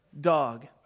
dog